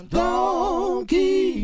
donkey